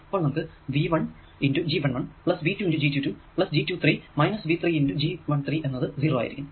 അപ്പോൾ നമുക്ക് V 1 G 1 1 plus V 2 G 2 2 plus G 2 3 minus V 3 G 1 3 എന്നത് 0 ആയിരിക്കും